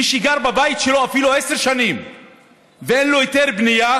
מי שגר בבית שלו אפילו עשר שנים ואין לו היתר בנייה,